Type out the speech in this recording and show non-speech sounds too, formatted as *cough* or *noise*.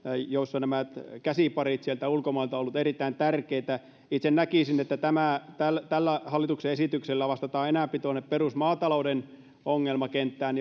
joilla nämä käsiparit ulkomailta ovat olleet erittäin tärkeitä itse näkisin että tällä tällä hallituksen esityksellä vastataan enempi perusmaatalouden ongelmakenttään *unintelligible*